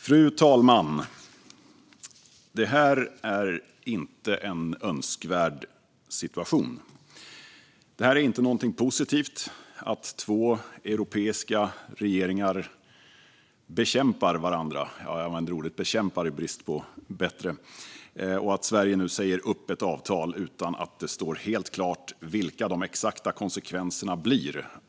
Fru talman! Det här är inte en önskvärd situation. Det är inte någonting positivt att två europeiska regeringar bekämpar varandra, i brist på bättre ord, och att Sverige nu säger upp skatteavtalet mellan Portugal och Sverige utan att det står helt klart vilka de exakta konsekvenserna blir.